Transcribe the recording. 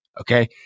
Okay